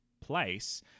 place